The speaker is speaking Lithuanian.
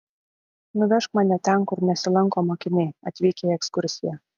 nuvežk mane ten kur nesilanko mokiniai atvykę į ekskursiją